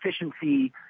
efficiency